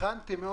הכנתי.